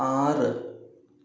ആറ്